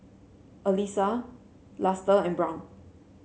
Elyssa Luster and Brown